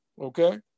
Okay